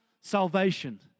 salvation